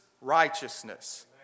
righteousness